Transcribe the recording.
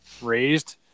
raised